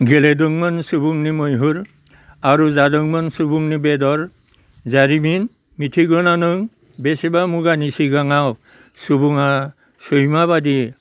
गेलेदोंमोन सुबुंनि मैहुर आरो जादोंमोन सुबुंनि बेदर जारिमिन मिथिगौना नों बेसेबा मुगानि सिगाङाव सुबुङा सैमा बायदि